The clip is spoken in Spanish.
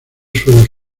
suelos